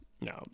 no